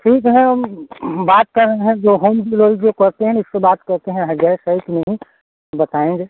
ठीक है हम बात कर रहे हैं जो होम डिलिवरी जो करते हैं उससे बात करते हैं गैस है कि नहीं बताएँगे